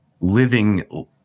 living